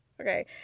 Okay